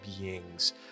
beings